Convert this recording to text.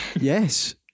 Yes